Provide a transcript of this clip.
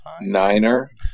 Niner